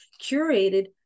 curated